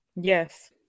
Yes